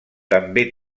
també